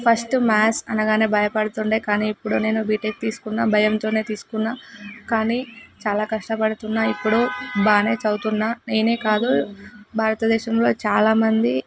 first maths అనగా భయపడుతు ఉండే కానీ ఇప్పుడు నేను బీటెక్ తీసుకున్న భయంతో తీసుకున్న కానీ చాలా కష్టపడుతున్న ఇప్పుడు బాగా చదువుతున్న నేనే కాదు భారతదేశంలో చాలా మంది